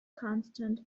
constant